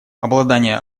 обладание